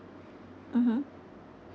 mmhmm